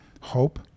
hope